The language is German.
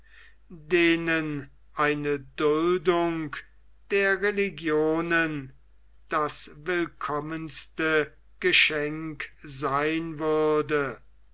denen eine duldung der religionen das willkommenste geschenk sein würde